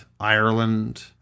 Ireland